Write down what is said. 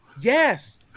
Yes